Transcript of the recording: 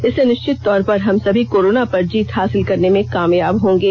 इससे निश्चित तौर पर हम सभी कोरोना पर जीत हासिल करने में कामयाब होंगे